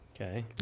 Okay